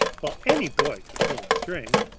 well, any boy could pull a string.